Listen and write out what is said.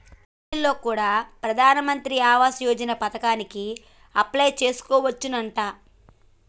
on line లో కూడా ప్రధాన్ మంత్రి ఆవాస్ యోజన పథకానికి అప్లై చేసుకోవచ్చునంట